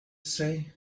say